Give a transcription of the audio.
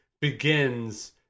begins